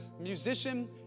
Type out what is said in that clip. musician